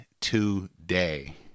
today